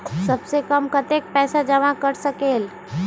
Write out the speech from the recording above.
सबसे कम कतेक पैसा जमा कर सकेल?